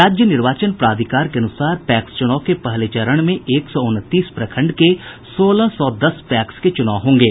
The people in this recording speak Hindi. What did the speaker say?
राज्य निर्वाचन प्राधिकार के अनुसार पैक्स चूनाव के पहले चरण में एक सौ उनतीस प्रखंड के सोलह सौ दस पैक्स के चूनाव होंगे